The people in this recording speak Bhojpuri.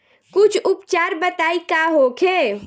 कुछ उपचार बताई का होखे?